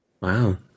Wow